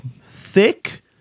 thick